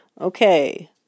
Okay